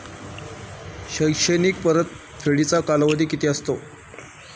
शैक्षणिक परतफेडीचा कालावधी किती असतो?